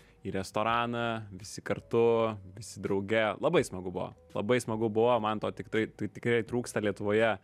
į restoraną visi kartu visi drauge labai smagu buvo labai smagu buvo man to tiktai tai tikrai trūksta lietuvoje